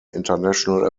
international